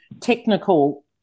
technical